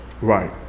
Right